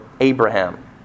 Abraham